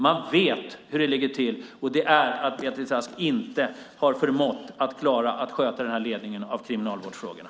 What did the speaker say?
Man vet hur det ligger till: Beatrice Ask har inte förmått sköta ledningen av kriminalvårdsfrågorna.